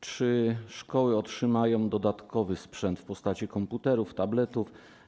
Czy szkoły otrzymają dodatkowy sprzęt w postaci komputerów i tabletów?